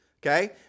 Okay